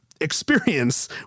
experience